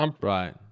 Right